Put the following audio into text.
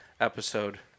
episode